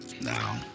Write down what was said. now